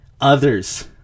others